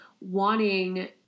wanting